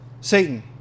Satan